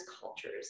cultures